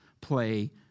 play